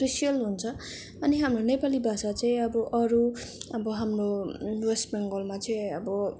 special हुन्छ अनि हाम्रो नेपाली भाषा चाहिँ अब अरू अब हाम्रो वेस्ट बेङ्गालमा चाहिँ अब